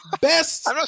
best